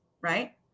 right